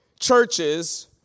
churches